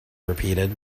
repeated